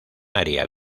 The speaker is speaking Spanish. área